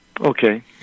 Okay